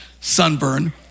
sunburn